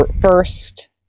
first